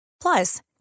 Plus